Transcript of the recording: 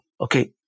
Okay